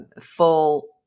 full